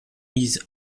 mises